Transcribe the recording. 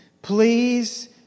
Please